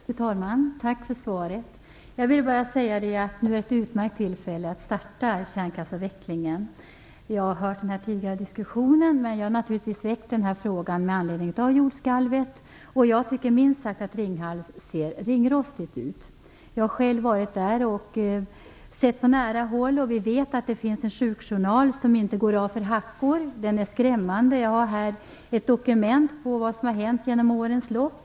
Fru talman! Tack för svaret! Jag vill bara säga att det nu är ett utmärkt tillfälle att starta kärnkraftsavvecklingen. Jag har hört den tidigare diskussionen, men jag har naturligtvis ställt frågan med anledning av jordskalvet och att Ringhals ser minst sagt ringrostigt ut. Jag har själv varit där och sett det på nära håll. Vi vet att det finns en sjukjournal som inte går av för hackor - den är skrämmande. Jag har här ett dokument på vad som har hänt under årens lopp.